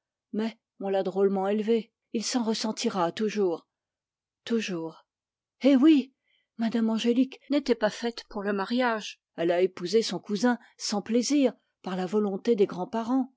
mais on l'a drôlement élevé il s'en ressentira toujours toujours eh oui madame n'était pas faite pour le mariage elle a épousé son cousin sans plaisir par la volonté des grands-parents